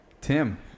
Tim